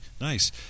Nice